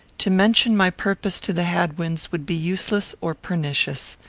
to mention my purpose to the hadwins would be useless or pernicious.